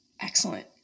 Excellent